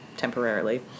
temporarily